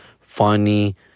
funny